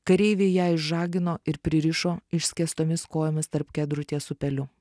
kareiviai ją išžagino ir pririšo išskėstomis kojomis tarp kedrų ties upeliu